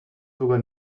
sogar